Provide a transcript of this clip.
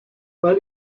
pas